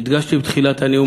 והדגשתי בתחילת הנאום,